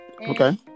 Okay